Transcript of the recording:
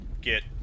get